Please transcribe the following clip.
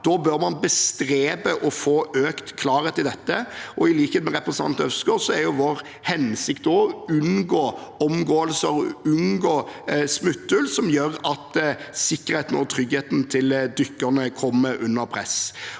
dag, bør man bestrebe seg på å få økt klarhet i dette. I likhet med representanten Øvstegård har også vi til hensikt å unngå omgåelser og smutthull som gjør at sikkerheten og tryggheten til dykkerne kommer under press.